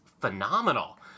phenomenal